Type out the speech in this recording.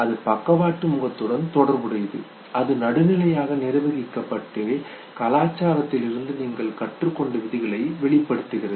அது பக்கவாட்டு முகத்துடன் தொடர்புடையது அது நடுநிலையாக நிர்வகிக்கப்பட்டு கலாச்சாரத்தில் இருந்து நீங்கள் கற்றுக் கொண்ட விதிகளை வெளிப்படுத்துகிறது